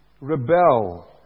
rebel